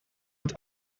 het